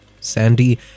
Sandy